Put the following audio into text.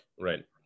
Right